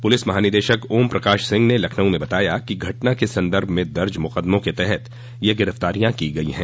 police महानिदेशक ओम प्रकाश सिंह ने लखनऊ में बताया कि घटना के संबंध में दर्ज मुकदमों के तहत यह गिरफ्तारियां की गई हैं